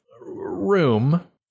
room